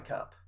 Cup